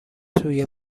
سوی